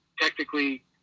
technically